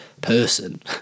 person